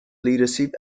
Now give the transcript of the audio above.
leadership